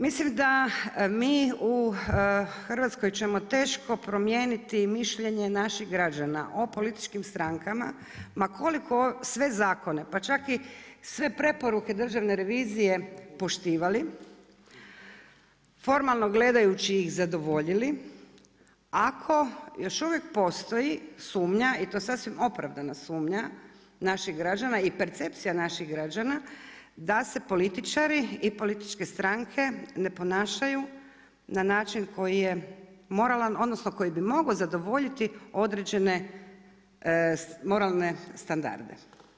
Mislim da mi u Hrvatskoj ćemo teško promijeniti mišljenje naših građana o političkim strankama ma koliko sve zakone pa ček i sve preporuke Državne revizije poštivali, formalno gledajući ih zadovoljili ako još uvijek postoji sumnja i to sasvim opravdana sumnja naših građana i percepcija naših građana da se političari i političke stranke ne ponašaju na način koji je moralan odnosno koji bi mogao zadovoljiti određene moralne standarde.